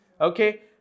Okay